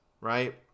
right